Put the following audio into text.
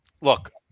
Look